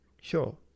sure